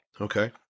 Okay